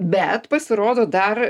bet pasirodo dar